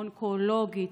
אונקולוגית,